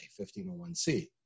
1501C